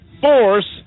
force